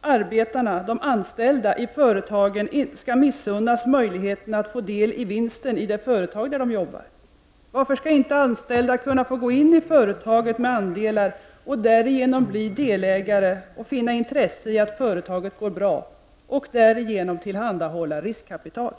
arbetarna, de anställda i företagen, skall missunnas möjligheten att få del av vinsten i de företag där de arbetar. Varför skall inte anställda kunna få gå in med andelar och därigenom bli delägare och finna intresse i att företaget går bra, och därigenom tillhandahålla riskkapital?